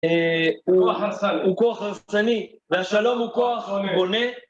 הוא , הוא כוח רצחני, והשלום הוא כוח בונה.